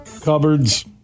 cupboards